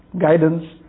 guidance